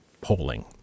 polling